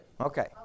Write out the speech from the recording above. Okay